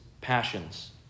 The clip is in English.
passions